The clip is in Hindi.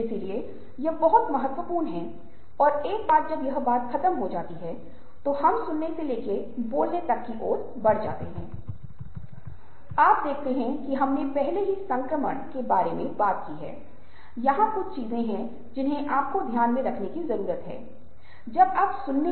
इस जेब में तलाक के मामलों का स्तर उन जगहों की तुलना में बहुत अधिक है जहां व्यक्ति सामाजिक प्राथमिकताओं या चीजों का सबसेट है जिन्हें सामाजिक रूप से अधिक महत्वपूर्ण माना जाता हैशायद परिवार या समुदाय